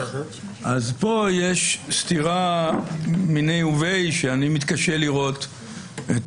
כאן יש סתירה מני וביי שאני מתקשה לראות את